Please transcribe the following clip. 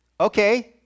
Okay